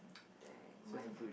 dang mine is